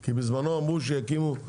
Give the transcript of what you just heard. כי בזמנו אמרו שיקימו,